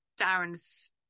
Darren's